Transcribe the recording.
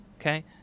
okay